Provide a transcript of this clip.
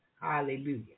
Hallelujah